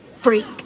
Freak